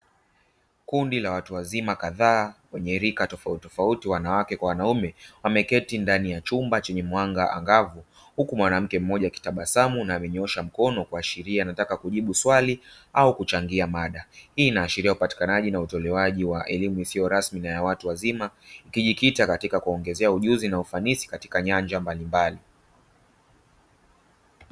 Kundi la watu wazima kadhaa wenye rika tofauti tofauti wanawake kwa wanaume wameketi ndani ya chumba chenye mwanga angavu, huku mwanamke mmoja akitabasamu na amenyoosha mkono, kuashiria anataka kujibu swali au kuchangia mada hii inaashiria upatikanaji na utolewaji wa elimu isiyo rasmi na ya watu wazima, ikijikita katika kuwaongezea ujuzi na ufanisi katika nyanja mbalimbali.